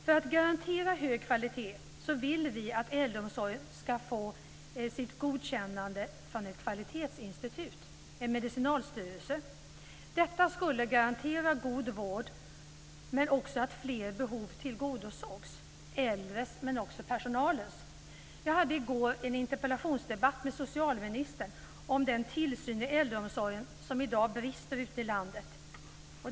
För att garantera hög kvalitet vill vi att äldreomsorgen ska få sitt godkännande från ett kvalitetsinstitut, en medicinalstyrelse. Detta skulle garantera god vård men också att fler behov tillgodosågs, de äldres men också personalens. Jag hade i går en interpellationsdebatt med socialministern om den tillsyn i äldreomsorgen som i dag brister ute i landet.